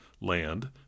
land